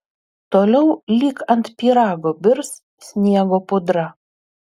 toliau lyg ant pyrago birs sniego pudra